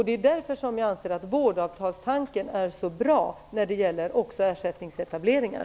Det är därför som jag anser att vårdavtalstanken är så bra även när det gäller ersättningsetableringar.